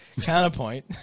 Counterpoint